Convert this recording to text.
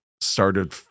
started